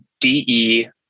D-E